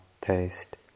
taste